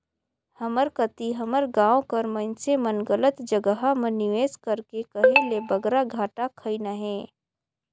हमर कती हमर गाँव कर मइनसे मन गलत जगहा म निवेस करके कहे ले बगरा घाटा खइन अहें